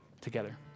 together